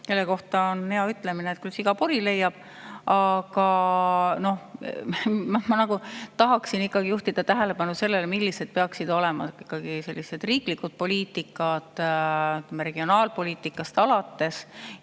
Selle kohta on hea ütlemine, et küll siga pori leiab. Aga ma tahaksin ikkagi juhtida tähelepanu sellele, millised peaksid olema riiklikud poliitikad, regionaalpoliitikast alates